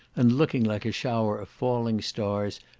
and looking like a shower of falling stars,